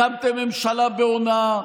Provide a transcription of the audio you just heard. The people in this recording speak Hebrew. הקמתם ממשלה בהונאה,